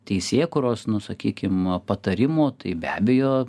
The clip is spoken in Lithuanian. teisėkūros nu sakykim patarimų tai be abejo